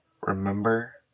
Remember